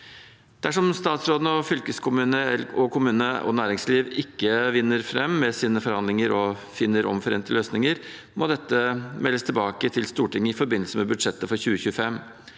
Dersom statsråden, fylkeskommune, kommune og næringsliv ikke vinner fram med sine forhandlinger og finner omforente løsninger, må dette meldes tilbake til Stortinget i forbindelse med budsjettet for 2025,